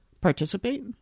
participate